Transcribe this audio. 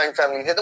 family